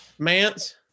Mance